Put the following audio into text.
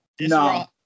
No